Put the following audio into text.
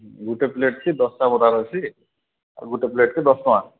ଗୁଟେ ପ୍ଲେଟ୍ କି ଦଶ ଟା ବରା ଅଛି ଆଉ ଗୁଟେ ପ୍ଲେଟ୍ କି ଦଶ ଟଙ୍କା